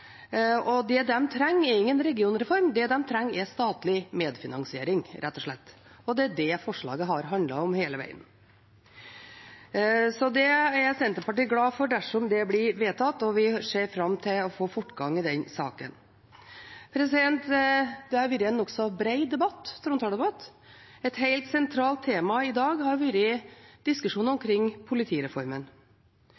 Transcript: ingen regionreform. Det de trenger, er statlig medfinansiering, rett og slett, og det er det forslaget har handlet om hele veien. Så Senterpartiet er glad for det, dersom det blir vedtatt, og vi ser fram til å få fortgang i den saken. Det har vært en nokså bred trontaledebatt. Et helt sentralt tema i dag har vært diskusjonen om